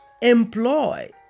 employ